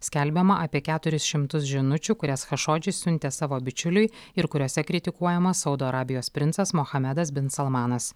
skelbiama apie keturis šimtus žinučių kurias chašodis siuntė savo bičiuliui ir kuriose kritikuojama saudo arabijos princas muhamedas bin salmanas